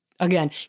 Again